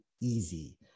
easy